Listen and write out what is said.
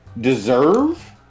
deserve